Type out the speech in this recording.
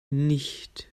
nicht